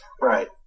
Right